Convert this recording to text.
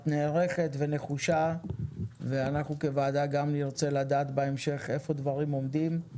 נערכת ונחושה ואנחנו כוועדה גם נרצה לדעת בהמשך איפה הדברים עומדים.